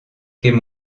qu’est